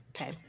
Okay